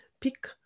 pick